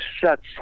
shuts